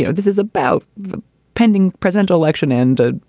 so this is about the pending present election ended.